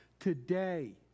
Today